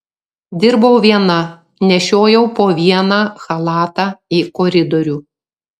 dirbau viena nešiojau po vieną chalatą į koridorių